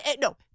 No